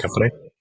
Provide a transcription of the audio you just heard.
company